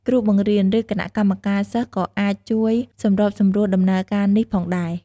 គ្រូបង្រៀន ឬគណៈកម្មការសិស្សក៏អាចជួយសម្របសម្រួលដំណើរការនេះផងដែរ។